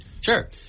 Sure